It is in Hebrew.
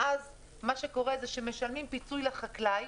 ואז הם משלמים פיצוי לחקלאי,